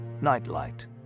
nightlight